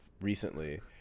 recently